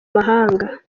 mahanga